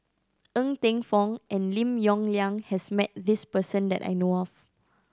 Ng Teng Fong and Lim Yong Liang has met this person that I know of